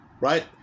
right